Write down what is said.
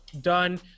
done